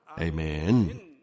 Amen